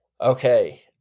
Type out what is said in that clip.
Okay